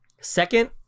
Second